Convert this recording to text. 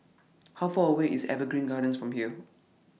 How Far away IS Evergreen Gardens from here